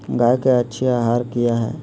गाय के अच्छी आहार किया है?